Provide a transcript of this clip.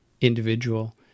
individual